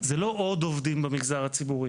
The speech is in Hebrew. זה לא עוד עובדים במגזר הציבור,